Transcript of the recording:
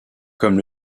comme